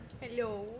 Hello